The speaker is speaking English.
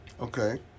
Okay